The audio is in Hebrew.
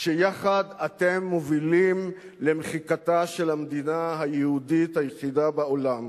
שיחד אתם מובילים למחיקתה של המדינה היהודית היחידה בעולם,